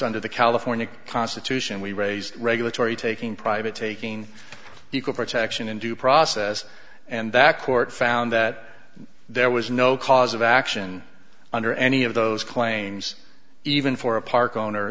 under the california constitution we raised regulatory taking private taking equal protection and due process and that court found that there was no cause of action under any of those claims even for a park owner